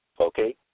Okay